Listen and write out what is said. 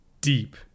deep